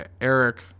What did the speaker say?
Eric